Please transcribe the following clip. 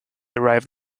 arrived